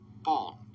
bond